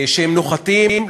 שהם נוחתים,